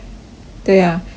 对 ah 就很像